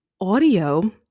audio